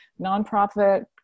nonprofit